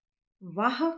ਵਾਹ